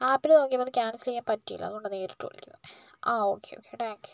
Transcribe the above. ആപ്പില് നോക്കിയപ്പോൾ അത് ക്യാൻസൽ ചെയ്യാൻ പറ്റില്ല അതുകൊണ്ടാണ് നേരിട്ട് വിളിച്ചത് ആ ഓക്കെ ഓക്കെ ടാങ്ക്യു